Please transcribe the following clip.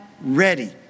ready